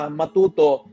matuto